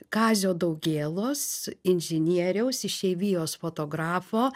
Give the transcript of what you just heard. kazio daugėlos inžinieriaus išeivijos fotografo